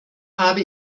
habe